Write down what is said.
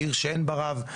ועיר שאין בה רב,